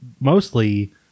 mostly